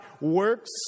works